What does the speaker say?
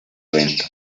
evento